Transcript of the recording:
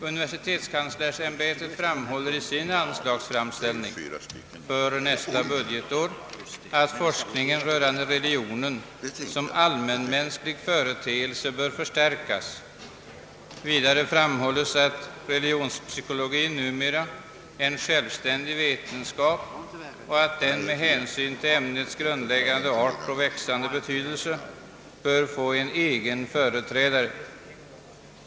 Universitetskanslersämbetet frambhåller i sin anslagsframställning för nästa budgetår, att forskningen rörande religionen som allmänmänsklig företeelse bör förstärkas. Vidare framhålles att religionspsykologi numera är en självständig vetenskap och att den med hänsyn till ämnets grundläggande art och växande betydelse bör få egen företrädare.